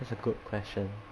that's a good question